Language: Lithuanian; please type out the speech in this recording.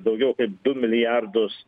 daugiau kaip du milijardus